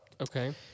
Okay